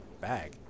Bag